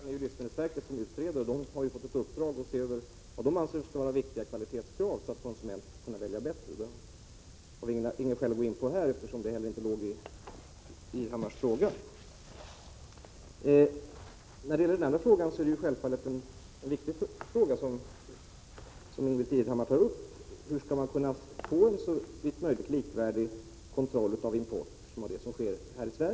Fru talman! Den sista frågan utreder livsmedelsverket, som har fått i uppdrag att se över vilka kvalitetskrav som kan anses viktiga och som kan göra det lättare för konsumenten att välja på ett bättre sätt. Jag har emellertid inget skäl att här gå in på detta, eftersom det inte finns med i Ingbritt Irhammars fråga. Den första frågan är naturligtvis viktig, dvs. frågan om hur man skall kunna få en kontroll av de importerade varorna som såvitt möjligt motsvarar den som sker när det gäller svenska varor.